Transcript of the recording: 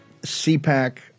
CPAC